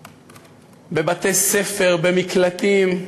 בבתי-ספר, במקלטים,